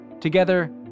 Together